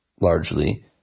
largely